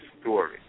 story